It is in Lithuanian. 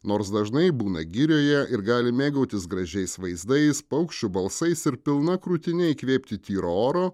nors dažnai būna girioje ir gali mėgautis gražiais vaizdais paukščių balsais ir pilna krūtine įkvėpti tyro oro